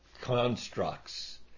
constructs